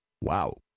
Wow